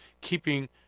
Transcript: keeping